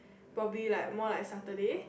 probably like more like Saturday